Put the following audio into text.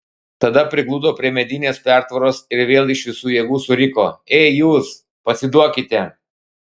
tada prigludo prie medinės pertvaros ir vėl iš visų jėgų suriko ei jūs pasiduokite